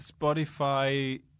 Spotify